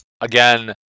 again